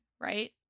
right